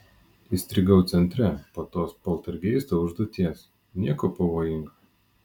įstrigau centre po tos poltergeisto užduoties nieko pavojingo